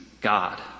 God